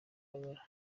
magara